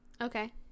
okay